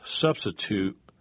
substitute